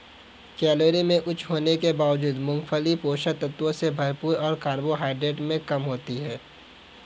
calorie में उच्च होने के बावजूद, मूंगफली पोषक तत्वों से भरपूर और कार्बोहाइड्रेट में कम होती है